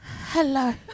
hello